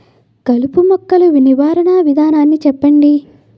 కలుపు మొక్కలు నివారణ విధానాన్ని చెప్పండి?